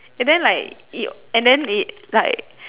and then like it and then it like